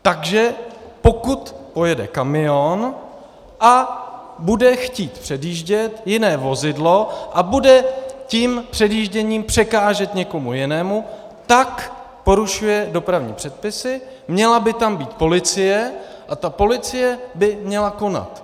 Takže pokud pojede kamion a bude chtít předjíždět jiné vozidlo a bude tím předjížděním překážet někomu jinému, tak porušuje dopravní předpisy, měla by tam být policie a ta policie by měla konat.